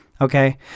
Okay